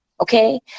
okay